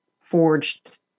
forged